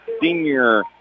senior